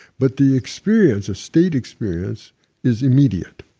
but the experience, a state experience is immediate.